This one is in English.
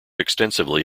extensively